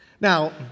Now